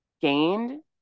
gained